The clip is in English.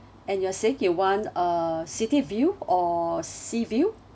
and you're saying you want a city view or sea view